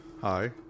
Hi